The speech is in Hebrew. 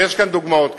ויש כאן דוגמאות כאלה,